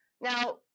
Now